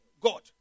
God